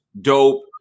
dope